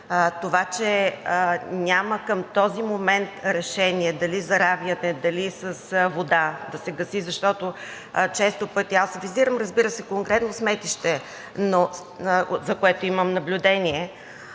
това, че няма към този момент решение – дали заравяне, дали с вода да се гаси, защото често пъти, аз визирам, разбира се, конкретно сметище, за което имам наблюдение,